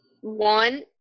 one